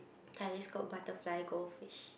telescope butterfly goldfish